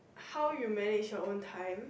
how you manage your own time